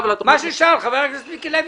מה ששאל חבר הכנסת מיקי לוי.